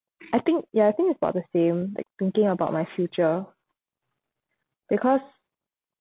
I think ya I think it's about the same like thinking about my future because